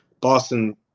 boston